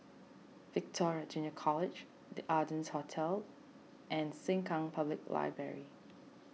Victoria Junior College the Ardennes Hotel and Sengkang Public Library